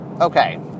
Okay